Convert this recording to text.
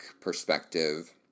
perspective